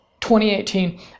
2018